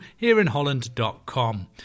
hereinholland.com